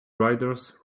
riders